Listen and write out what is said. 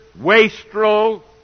wastrel